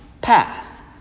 path